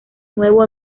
nuevo